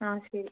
ആ ശരി